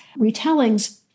retellings